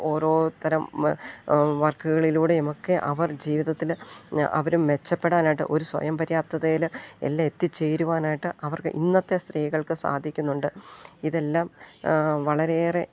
ഓരോരുത്തരം വർക്കുകളിലൂടെയുമൊക്കെ അവർ ജീവിതത്തിൽ അവരും മെച്ചപ്പെടാനായിട്ട് ഒരു സ്വയം പര്യാപ്തതയിൽ എല്ലാം എത്തിച്ചേരുവാനായിട്ട് അവർക്ക് ഇന്നത്തെ സ്ത്രീകൾക്ക് സാധിക്കുന്നുണ്ട് ഇതെല്ലാം വളരെയേറെ